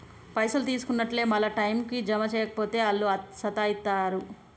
పైసలు తీసుకున్నట్లే మళ్ల టైంకు జమ జేయక పోతే ఆళ్లు సతాయిస్తరు